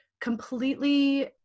completely